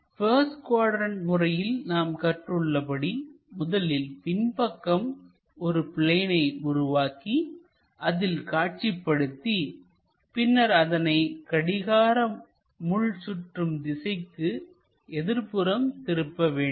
first quadrant முறையில் நாம் கற்று உள்ளபடி முதலில் பின்பக்கம் ஒரு பிளேனை உருவாக்கி அதில் காட்சிப்படுத்தி பின்னர் அதனை கடிகாரமுள் சுற்றும் திசைக்கு எதிர் புறம் திருப்ப வேண்டும்